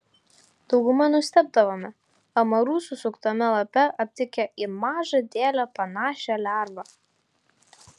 dauguma nustebdavome amarų susuktame lape aptikę į mažą dėlę panašią lervą